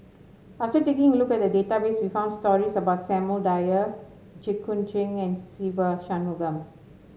after taking a look at the database we found stories about Samuel Dyer Jit Koon Ch'ng and Se Ve Shanmugam